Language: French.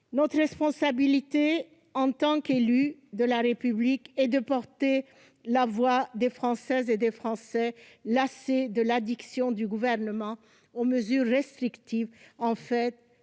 Notre responsabilité, en tant qu'élus de la République, est de porter la voix des Françaises et des Français, lassés de l'addiction du Gouvernement aux mesures restrictives- en fait,